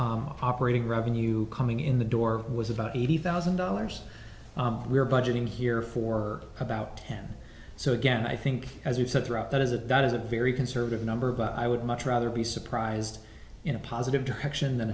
operating revenue coming in the door was about eighty thousand dollars we are budgeting here for about ten so again i think as you said throughout that is that that is a very conservative number but i would much rather be surprised in a positive direction than